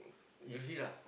you see lah